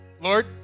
Lord